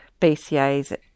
BCA's